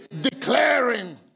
declaring